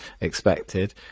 expected